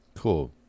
Cool